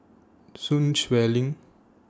Sun Xueling